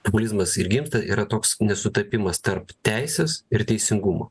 populizmas ir gimta yra toks nesutapimas tarp teisės ir teisingumo